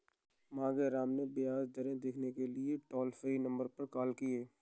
मांगेराम ने ब्याज दरें देखने के लिए टोल फ्री नंबर पर कॉल किया